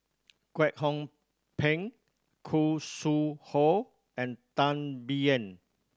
Kwek Hong Png Khoo Sui Hoe and Tan Biyun